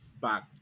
back